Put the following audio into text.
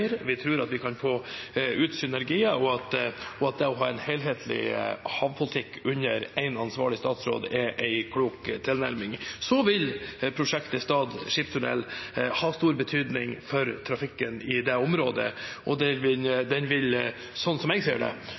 vi tror at vi kan få ut synergier, og at det å ha en helhetlig havpolitikk under én ansvarlig statsråd er en klok tilnærming. Så vil prosjektet Stad skipstunnel ha stor betydning for trafikken i dette området, og den vil – slik jeg ser det